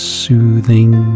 soothing